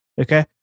Okay